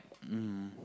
mm